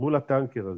מול הטנקר הזה.